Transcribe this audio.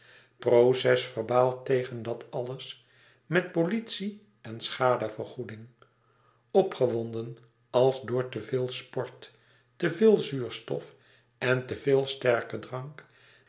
proces-verbaal tegen dat alles met politie en schadevergoeding opgewonden als door te veel sport te veel zuurstof en te veel sterken drank